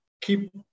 keep